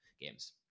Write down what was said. games